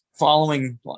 following